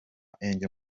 angel